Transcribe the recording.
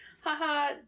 haha